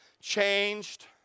changed